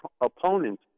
opponent